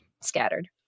scattered